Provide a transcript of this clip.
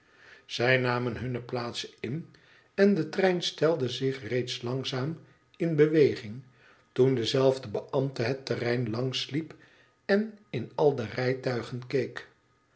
zij namen hunne plaatsen in en de trein stelde zich reeds langzaam in beweging toen dezelfde beambte het terrein langs liep en in al de rijtuigen